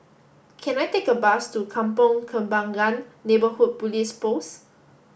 can I take a bus to Kampong Kembangan Neighborhood Police Post